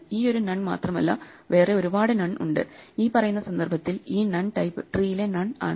ഈ ഒരു നൺ മാത്രമല്ല വേറെ ഒരുപാട് നൺ ഉണ്ട് ഈ പറയുന്ന സന്ദർഭത്തിൽ ഈ നൺ ടൈപ്പ് ട്രീയിലെ നൺ ആണ്